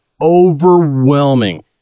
overwhelming